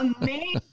amazing